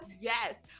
Yes